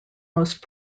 most